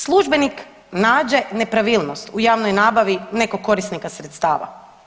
Službenik nađe nepravilnost u javnoj nabavi nekog korisnika sredstava.